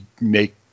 make